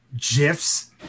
GIFs